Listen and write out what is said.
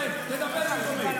בוא, אני יורד, בבקשה,